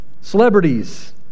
Celebrities